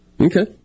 Okay